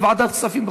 בוועדת כספים,